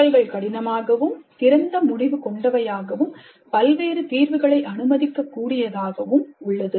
சிக்கல்கள் கடினமாகவும் திறந்த முடிவு கொண்டவையாகவும் பல்வேறு தீர்வுகளை அனுமதிக்கக் கூடியதாகவும் உள்ளது